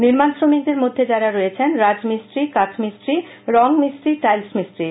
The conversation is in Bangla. নির্মাণ শ্রমিকদের মধ্যে যারা রেছেন রাজমিস্ত্রী কাঠমিস্ত্রী রঙ মিস্ত্রী টাইলস মিস্ত্রী